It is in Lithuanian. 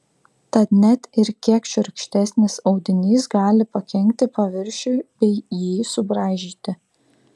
tad net ir kiek šiurkštesnis audinys gali pakenkti paviršiui bei jį subraižyti